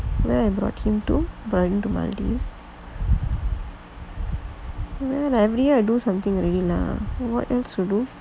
then I brought him to burn to maldives man every year I do something ah what else to do